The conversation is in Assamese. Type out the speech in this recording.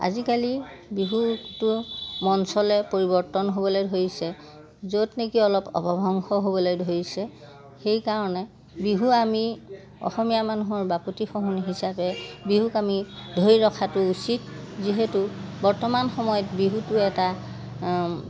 আজিকালি বিহুটো মঞ্চলৈ পৰিৱৰ্তন হ'বলৈ ধৰিছে য'ত নেকি অলপ অপভ্ৰংশ হ'বলৈ ধৰিছে সেইকাৰণে বিহু আমি অসমীয়া মানুহৰ বাপতিসাহোন হিচাপে বিহুক আমি ধৰি ৰখাটো উচিত যিহেতু বৰ্তমান সময়ত বিহুটো এটা